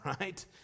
right